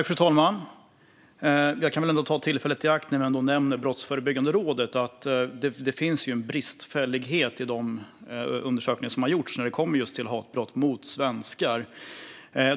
Fru talman! När Brottsförebyggande rådet nämns kan jag ta tillfället i akt och säga att det finns en bristfällighet i de undersökningar som har gjorts när det kommer just till hatbrott mot svenskar.